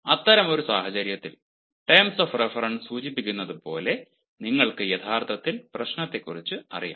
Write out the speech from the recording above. അത്തരമൊരു സാഹചര്യത്തിൽ terms of reference സൂചിപ്പിച്ചിരിക്കുന്നതുപോലെ നിങ്ങൾക്ക് യഥാർത്ഥത്തിൽ പ്രശ്നത്തെക്കുറിച്ച് അറിയാം